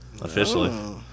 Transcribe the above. officially